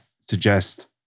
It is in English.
suggest